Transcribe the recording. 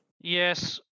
Yes